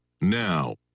now